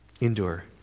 Endure